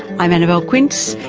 i'm annabelle quince,